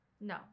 no